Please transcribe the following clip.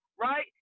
right